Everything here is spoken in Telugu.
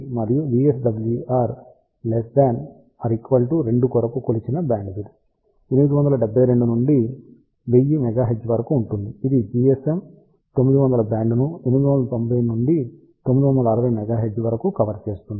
మరియు VSWR ≤ 2 కొరకు కొలిచిన బ్యాండ్విడ్త 872 నుండి 1000 MHz వరకు ఉంటుంది ఇది GSM 900 బ్యాండ్ను 890 నుండి 960 MHz వరకు కవర్ చేస్తుంది